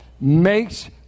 makes